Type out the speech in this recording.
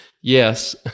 Yes